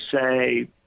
say